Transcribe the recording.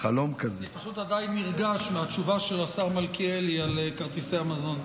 אני פשוט עדיין נרגש מהתשובה של השר מלכיאלי על כרטיסי המזון,